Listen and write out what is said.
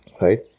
Right